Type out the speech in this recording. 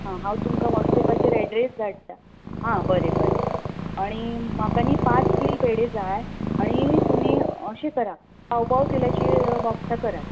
हांव तुमकां वॉटसएपाचेर एड्रेस धाडटा हां बरें बरें आनी म्हाका न्हय पांच किल पेडे जाय आनी तुमी अशें करा पाव पाव किलाचे बॉक्सा करात